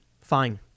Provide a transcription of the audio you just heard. Fine